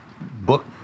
book